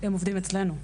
הם עובדים אצלנו.